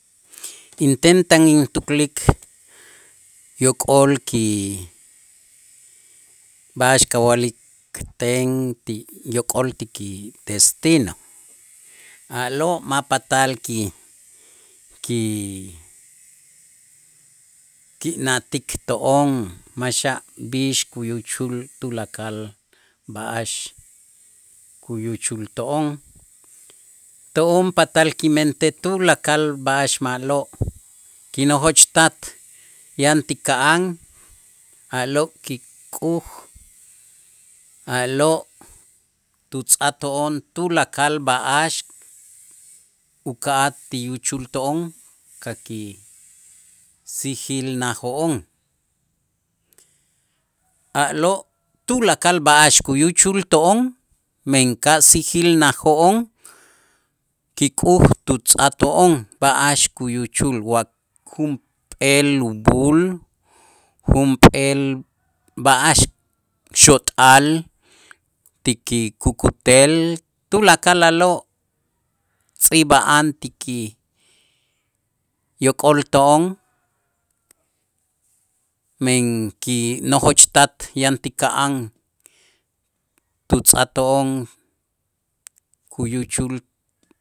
Inten tan intuklik yok'ol ki b'a'ax kawa'likten ti yok'ol ti kidestino a'lo' ma' patal ki- ki- kina'tik to'on maxa', b'ix kuyuchul tulakal b'a'ax kuyuchulto'on, to'on patal kimentej tulakal b'a'ax ma'lo' kinojoch tat yan ti ka'an a'lo' kik'uj, a'lo' tutz'ajto'on tulakal b'a'ax uka'aj ti uchulto'on ka kisijilnajo'on, a'lo' tulakal b'a'ax kuyuchulto'on men kasijilnajo'on ti k'uj tutz'ajto'on b'a'ax kuyuchul wa junp'eel lub'ul, junp'eel b'a'ax xot'al ti kikukutel tulakal a'lo' tz'iib'a'an ti kiyok'olto'on men kinojoch tat yan ti ka'an tutz'ajto'on kuyuchul